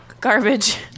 Garbage